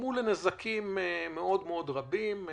וגרמו לנזקים רבים מאוד.